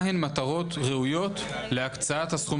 מהן מטרות ראויות להקצאת הסכום